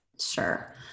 Sure